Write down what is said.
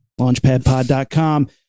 launchpadpod.com